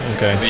Okay